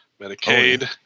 Medicaid